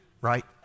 Right